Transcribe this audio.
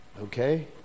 Okay